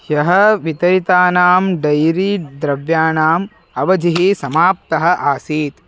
ह्यः वितरितानां डैरी द्रव्याणाम् अवधिः समाप्ता आसीत्